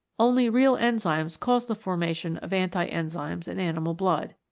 only real enzymes cause the formation of anti-enzymes in animal blood,